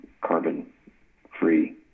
carbon-free